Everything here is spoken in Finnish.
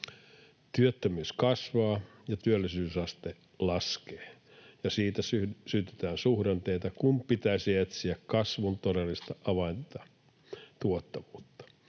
Työttömyys kasvaa ja työllisyysaste laskee, mistä syytetään suhdanteita, kun pitäisi etsiä kasvun todellista avainta, tuottavuutta.